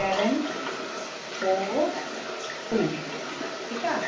seven four two ठीकु आहे